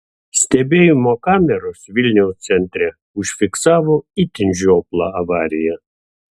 stebėjimo kameros vilniaus centre užfiksavo itin žioplą avariją